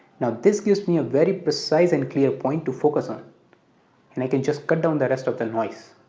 now this gives me a very precise and clear point to focus on and i can just cut down the rest of the noise